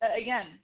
Again